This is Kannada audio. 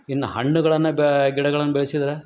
ಇನ್ನ ಹಣ್ಗಳನ್ನ ಬೇ ಗಿಡಗಳನ್ನ ಬೆಳ್ಸಿದ್ರ